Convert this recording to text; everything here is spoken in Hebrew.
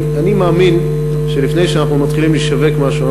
אני מאמין שלפני שאנחנו מתחילים לשווק משהו,